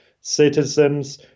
citizens